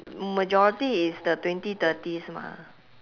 majority is the twenty thirties mah